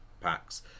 packs